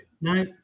no